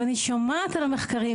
ואני שומעת על המחקרים,